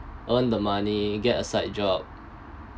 earn the money get a side job